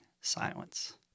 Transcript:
Silence